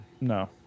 No